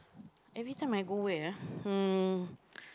everytime I go where ah hmm